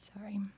Sorry